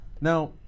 Now